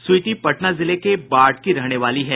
स्वीटी पटना जिले के बाढ़ की रहने वाली है